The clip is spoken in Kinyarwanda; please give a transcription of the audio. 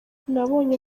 nabonye